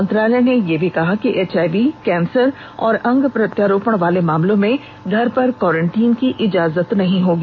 मंत्रालय ने यह भी कहा है कि एचआईवी कैंसर और अंग प्रतिरोपण वाले मामलों में घर पर क्वा रंटीन की इजाजत नहीं होगी